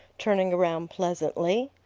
turning around pleasantly.